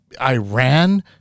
Iran